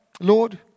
Lord